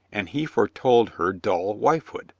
and he foretold her dull wifehood,